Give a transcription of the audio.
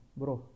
bro